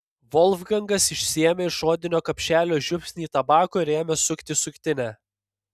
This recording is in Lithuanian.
volfgangas išsiėmė iš odinio kapšelio žiupsnį tabako ir ėmė sukti suktinę